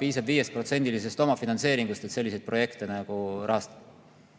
piisab 5%‑lisest omafinantseeringust, et selliseid projekte rahastada.